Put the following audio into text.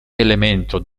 elemento